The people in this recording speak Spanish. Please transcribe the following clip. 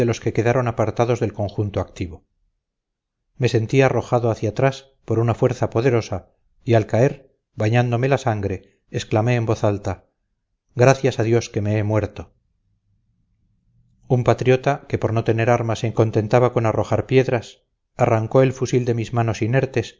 que quedaron apartados del conjunto activo me sentí arrojado hacia atrás por una fuerza poderosa y al caer bañándome la sangre exclamé en voz alta gracias a dios que me he muerto un patriota que por no tener arma se contentaba con arrojar piedras arrancó el fusil de mis manos inertes